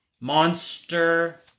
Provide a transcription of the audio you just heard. monster